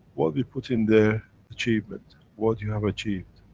what we put in the achievement what you have achieved.